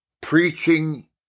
preaching